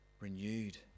renewed